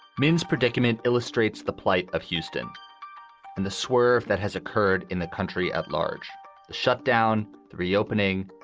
means predicament illustrates the plight of houston and the swerve that has occurred in the country at large shut down reopening.